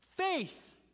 faith